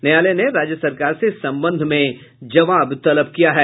न्यायालय ने राज्य सरकार से इस संबंध में जवाब तलब किया है